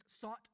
sought